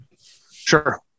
Sure